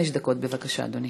חמש דקות, בבקשה, אדוני.